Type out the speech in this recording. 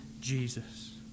Jesus